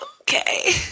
okay